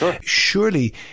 Surely